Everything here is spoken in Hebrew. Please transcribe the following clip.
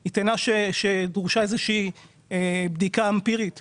היא טענה שדרושה איזו שהיא בדיקה אמפירית לגביה.